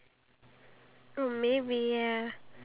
some candles they have the lavender scent